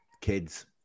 Kids